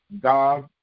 God